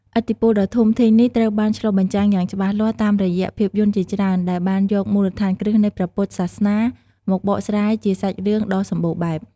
ឥទ្ធិពលដ៏ធំធេងនេះ ត្រូវបានឆ្លុះបញ្ចាំងយ៉ាងច្បាស់លាស់តាមរយៈភាពយន្តជាច្រើន ដែលបានយកមូលដ្ឋានគ្រឹះនៃព្រះពុទ្ធសាសនា មកបកស្រាយជាសាច់រឿងដ៏សម្បូរបែប។